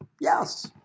Yes